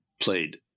played